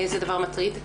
זה דבר מטריד.